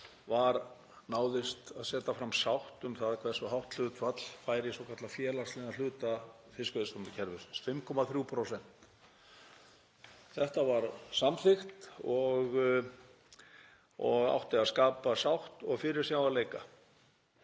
sem náðist að setja fram sátt um hversu hátt hlutfall færi í svokallaðan félagslegan hluta fiskveiðistjórnarkerfisins, 5,3%. Þetta var samþykkt og átti að skapa sátt og fyrirsjáanleika.